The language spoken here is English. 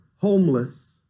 homeless